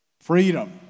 freedom